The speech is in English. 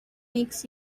makes